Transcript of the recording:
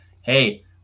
hey